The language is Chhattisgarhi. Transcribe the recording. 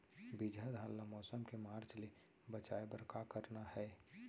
बिजहा धान ला मौसम के मार्च ले बचाए बर का करना है?